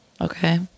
okay